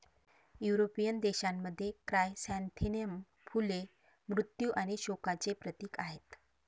European देशांमध्ये, chrysanthemum फुले मृत्यू आणि शोकांचे प्रतीक आहेत